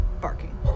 barking